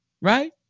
right